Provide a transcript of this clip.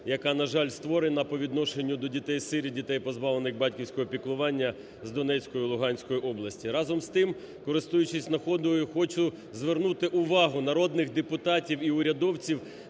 яка, на жаль, створена по відношенню до дітей-сиріт, дітей, позбавлених батьківського піклування з Донецької, Луганської області. Разом з тим, користуючись нагодою, хочу звернути увагу народних депутатів і урядовців